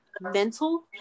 mental